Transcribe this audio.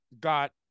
got –